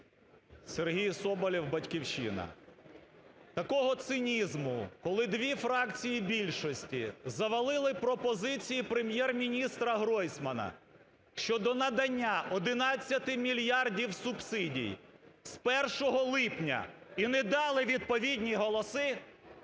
Сергій Соболєв, "Батьківщина". Такого цинізму, коли дві фракції більшості завалили пропозиції Прем'єр-міністра Гройсмана щодо надання 11 мільярдів субсидій з 1 липня і не дали відповідні голоси,